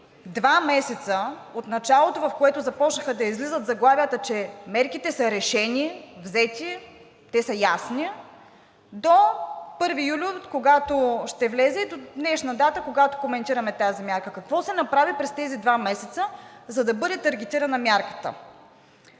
два месеца от началото, когато започнаха да излизат заглавията, че мерките са решени, взети, те са ясни до 1 юли, когато ще влезе, и до днешна дата, когато коментираме тази мярка? Какво се направи през тези два месеца, за да бъде таргетирана мярката?